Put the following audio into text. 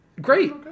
great